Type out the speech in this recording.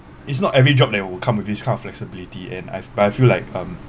it's not every job that would come with this kind of flexibility and I've but I feel like um